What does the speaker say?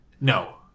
No